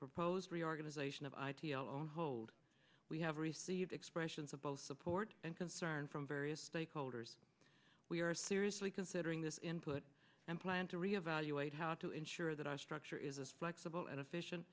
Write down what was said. proposed reorganization of i t i l on hold we have received expressions of both support and concern from various stakeholders we are seriously considering this input and plan to re evaluate how to ensure that our structure is as flexible and efficient